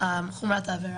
חומרת העבירה,